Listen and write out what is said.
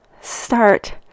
start